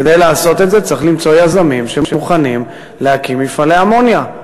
כדי לעשות את זה צריך למצוא יזמים שמוכנים להקים מפעלי אמוניה,